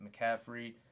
McCaffrey